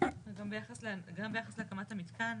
גם ביחס להקמת המתקן